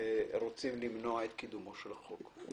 רוצים למנוע את קידומה של הצעת החוק.